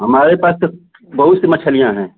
हमारे पास तो बहुत सी मछलियाँ हैं